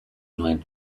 nuen